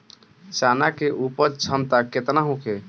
चना के उपज क्षमता केतना होखे?